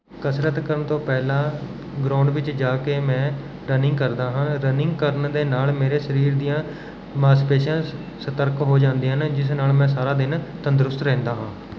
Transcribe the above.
ਕਸਰਤ ਕਰਨ ਤੋਂ ਪਹਿਲਾਂ ਗਰਾਊਂਡ ਵਿੱਚ ਜਾ ਕੇ ਮੈਂ ਰਨਿੰਗ ਕਰਦਾ ਹਾਂ ਰਨਿੰਗ ਕਰਨ ਦੇ ਨਾਲ਼ ਮੇਰੇ ਸਰੀਰ ਦੀਆਂ ਮਾਸਪੇਸ਼ੀਆਂ ਸਤਰਕ ਹੋ ਜਾਂਦੀਆਂ ਨੇ ਜਿਸ ਨਾਲ਼ ਮੈਂ ਸਾਰਾ ਦਿਨ ਤੰਦਰੁਸਤ ਰਹਿੰਦਾ ਹਾਂ